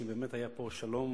שאם באמת היה פה שלום